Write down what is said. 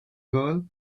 girl